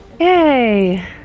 Yay